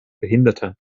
behinderter